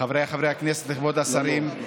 חבריי חברי הכנסת, כבוד השרים,